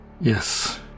Yes